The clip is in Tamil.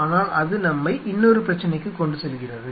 ஆனால் அது நம்மை இன்னொரு பிரச்சனைக்கு கொண்டு செல்கிறது